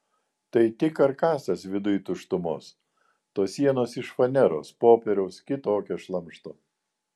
tai tik karkasas viduj tuštumos tos sienos iš faneros popieriaus kitokio šlamšto